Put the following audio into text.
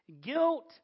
Guilt